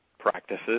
practices